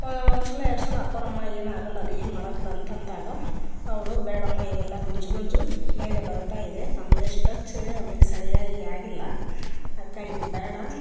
ಒಂದು ಸಲ ಎರಡು ಸಲ ಹಾಕ್ಕೋರಮ್ಮ ಏನಾಗೋಲ್ಲ ಅದು ಏನೂ ಮಾಡಕ್ಕಿಲ್ಲ ಅಂತಂದಾಗ ಅವಳು ಬೇಡಮ್ಮ ಇದೆಲ್ಲ ಗುಂಜು ಗುಂಜು ಮೇಲೆ ಬರ್ತಾ ಇದೆ ಆಮೇಲೆ ಸ್ಟ್ರಚ್ಚ ಆಮೇಲೆ ಸರಿಯಾಗಿ ಆಗಿಲ್ಲ ಅದ್ಕೆ ಇದು ಬೇಡ